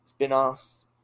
spinoffs